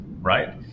right